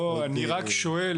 אני רק שואל.